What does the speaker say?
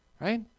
right